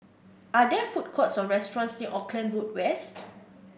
are there food courts or restaurants near Auckland Road West